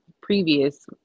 previous